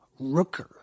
Rooker